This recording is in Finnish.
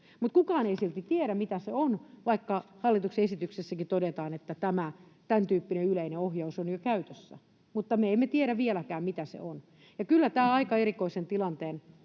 kukaan ei silti tiedä, mitä se on, vaikka hallituksen esityksessäkin todetaan, että tämän tyyppinen yleinen ohjaus on jo käytössä. Me emme tiedä vieläkään, mitä se on. Kyllä tämä aika erikoisen tilanteen